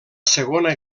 segona